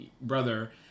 brother